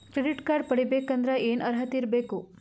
Credit card ಪಡಿಬೇಕಂದರ ಏನ ಅರ್ಹತಿ ಇರಬೇಕು?